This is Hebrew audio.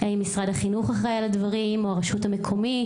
האם משרד החינוך אחראי על הדברים או הרשות המקומית,